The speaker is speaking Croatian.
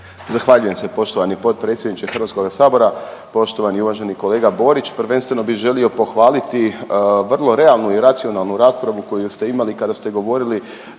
Zahvaljujem se poštovani potpredsjedniče HS. Poštovani i uvaženi kolega Borić, prvenstveno bi želio pohvaliti vrlo realnu i racionalnu raspravu koju ste imali kada ste govorili